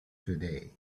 today